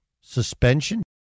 suspension